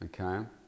okay